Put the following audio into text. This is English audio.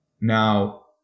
Now